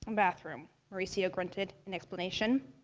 and bathroom, mauricio grunted, in explanation.